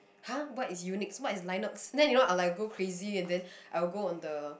!huh! what's unix what's linux then you all are like go crazy then I will go on the